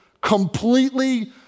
completely